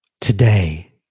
today